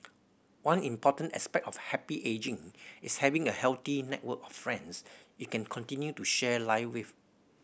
one important aspect of happy ageing is having a healthy network of friends you can continue to share life with